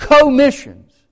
Commissions